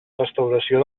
restauració